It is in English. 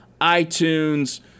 iTunes